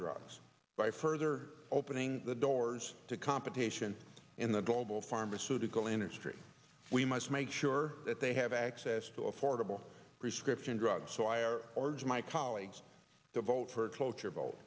drugs by further opening the doors to competition in the global pharmaceutical industry we must make sure that they have access to affordable prescription drugs so i are origen my colleagues to vote for cloture vote